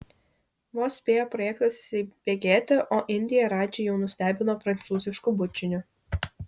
vos spėjo projektas įsibėgėti o indija radžį jau nustebino prancūzišku bučiniu